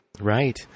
right